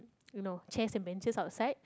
you know chairs and benches outside